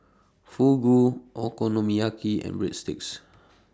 Fugu Okonomiyaki and Breadsticks